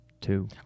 two